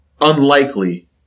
unlikely